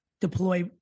deploy